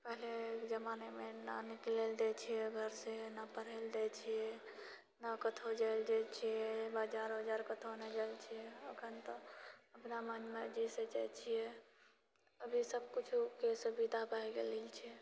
पहिलेके जमानेमे नऽ निकलए लऽ दए छिऐ घरसँ नहि पढ़ै लए दए छिऐ ने कतहुँ जाइ लऽ दए छिऐ बजार वजार कतहुँ नहि जाइत छियै अखनि तऽ अपना मन मर्जीसँ जाइत छिऐ अभी सभ किछुके सुविधा भए गेलल छै